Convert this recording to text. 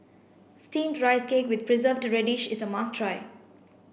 steamed rice cake with preserved radish is a must try